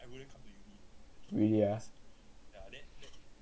really ah